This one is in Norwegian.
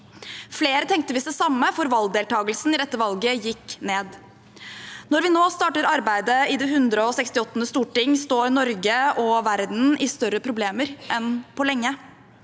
Flere tenkte visst det samme, for valgdeltakelsen i dette valget gikk ned. Når vi nå starter arbeidet i det 168. storting, står Norge og verden i større problemer enn på lenge.